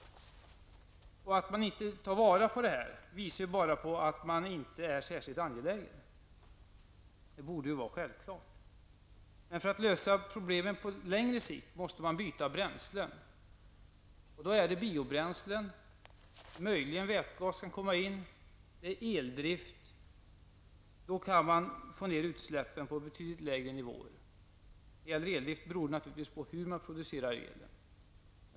Att man inte tar vara på det här visar bara att man inte är särskilt angelägen. Det borde vara självklart. För att lösa problemen på längre sikt måste man dock byta bränsle. Man kan få ner utsläppen på betydligt lägre nivåer genom användning av biobränsle, möjligen vätgas och eldrift. När det gäller eldrift beror det naturligtvis på hur man producerar el.